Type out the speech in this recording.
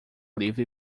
livre